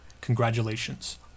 Congratulations